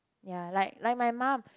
ya like like my mum